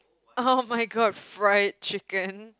[oh]-my-god fried chicken